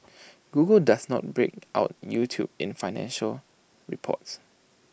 Google does not break out YouTube in financial reports